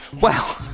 Wow